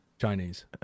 Chinese